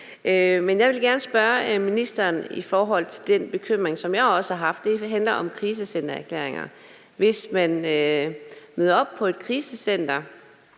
Men jeg vil gerne spørge ministeren i forhold til den bekymring, som jeg også har haft, og som handler om krisecentererklæringer. Kan en krisecentererklæring,